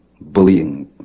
bullying